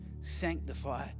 sanctify